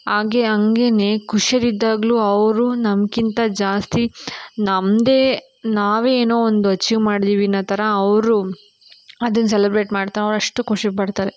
ಹಾಗೆ ಹಂಗೆನೆ ಖುಷಿಯಲ್ಲಿದ್ದಾಗಲೂ ಅವರು ನಮ್ಗಿಂತ ಜಾಸ್ತಿ ನಮ್ಮದೇ ನಾವೇ ಏನೋ ಒಂದು ಅಚೀವ್ ಮಾಡಿದ್ದೀವಿ ಅನ್ನೋ ಥರ ಅವರು ಅದನ್ನು ಸೆಲೆಬ್ರೇಟ್ ಮಾಡ್ತಾ ಅಷ್ಟು ಖುಷಿಪಡ್ತಾರೆ